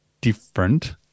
different